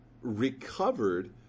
recovered